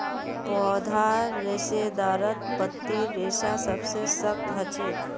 पौधार रेशेदारत पत्तीर रेशा सबसे सख्त ह छेक